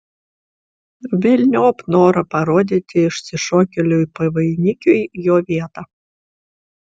velniop norą parodyti išsišokėliui pavainikiui jo vietą